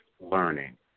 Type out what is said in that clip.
learning